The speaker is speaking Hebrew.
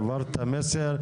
העברת את המסר.